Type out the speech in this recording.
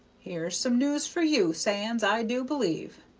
here's some news for you, sands, i do believe!